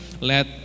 let